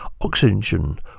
oxygen